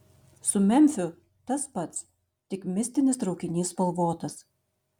su memfiu tas pats tik mistinis traukinys spalvotas